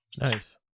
nice